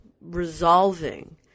resolving